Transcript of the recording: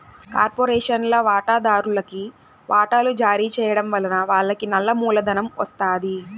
కార్పొరేషన్ల వాటాదార్లుకి వాటలు జారీ చేయడం వలన వాళ్లకి నల్ల మూలధనం ఒస్తాది